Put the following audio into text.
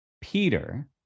Peter